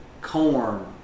Corn